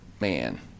man